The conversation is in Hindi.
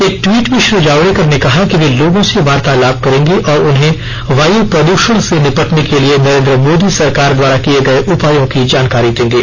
एक ट्वीट में श्री जावड़ेकर ने कहा कि वे लोगों से वार्तालाप करेंगे और उन्हें वाय प्रदूषण से निपटने के लिए नरेन्द्र मोदी सरकार द्वारा किए गए उपायों की जानकारी देंगे